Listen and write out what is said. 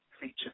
feature